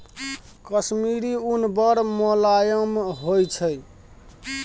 कश्मीरी उन बड़ मोलायम होइ छै